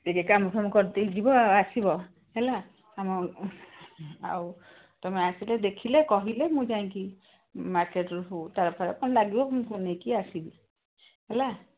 ଟିକେ କାମ ଫାମ କରିଦେଇ ଯିବ ଅ ଆସିବ ହେଲା ଆମ ଆଉ ତୁମେ ଆସିଲେ ଦେଖିଲେ କହିଲେ ମୁଁ ଯାଇଁକି ମାର୍କେଟରୁ ହଉ ତାର ଫାର କ'ଣ ଲାଗିବ ମୁଁ ନେଇକି ଆସିବି ହେଲା